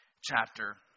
chapter